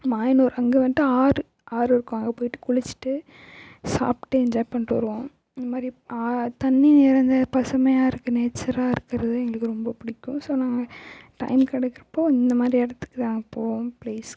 மாயனூர் அங்கே வந்துட்டு ஆறு ஆறு இருக்கும் அங்கே போய் குளிச்சிட்டு சாப்பிட்டு என்ஜாய் பண்ணிட்டு வருவோம் அந்தமாதிரி தண்ணி நிறைந்து பசுமையாக இருக்குது நேச்சராக இருக்கிறது எங்களுக்கு ரொம்ப பிடிக்கும் ஸோ நாங்கள் டைம் கிடைக்குறப்போ இந்தமாதிரி இடத்துக்கு நாங்கள் போவோம் ப்ளேஸ்க்கு